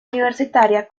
universitaria